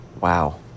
Wow